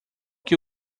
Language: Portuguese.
que